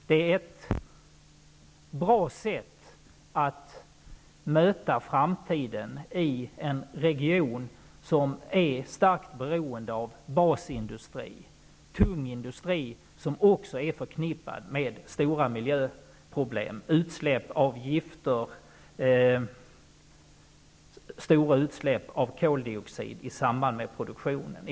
Det är ett bra sätt att möta framtiden i en region som är starkt beroende av basindustri, tung industri, som också är förknippad med stora miljöproblem -- utsläpp av gifter, och stora utsläpp av koldioxid -- i samband med produktionen.